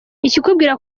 ikikubwira